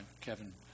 Kevin